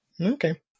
Okay